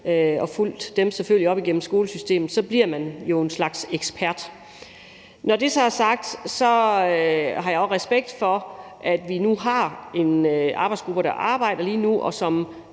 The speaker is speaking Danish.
som man har fulgt op igennem skolesystemet, bliver man jo en slags ekspert. Når det så er sagt, har jeg også respekt for, at vi har en arbejdsgruppe, der arbejder lige nu, og som